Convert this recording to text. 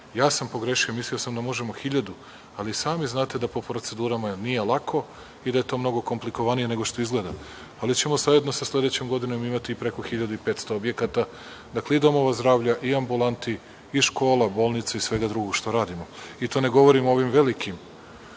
ja sam pogrešio, mislio sam da možemo 1.000, ali sami znate da po procedurama nije lako i da je to mnogo komplikovanije nego što izgleda, ali ćemo zajedno sa sledećom godinom imati preko 1.500 objekata, dakle, i domova zdravlja i ambulanti, i škola, bolnica i svega drugog što radimo, i to ne govorim o ovim velikim